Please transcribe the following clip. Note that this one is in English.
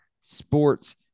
sports